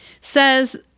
says